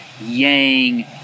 yang